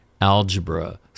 algebra